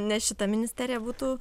ne šita ministerija būtų